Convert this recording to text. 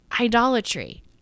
idolatry